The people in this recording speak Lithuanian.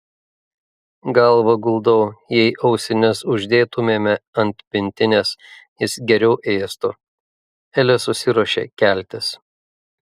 galvą guldau jei ausines uždėtumėme ant pintinės jis geriau ėstų elė susiruošė keltis